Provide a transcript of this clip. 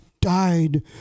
died